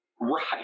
Right